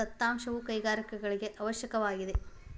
ದತ್ತಾಂಶವು ಕೈಗಾರಿಕೆಗಳಿಗೆ ಅವಶ್ಯಕವಾಗಿದೆ